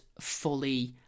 fully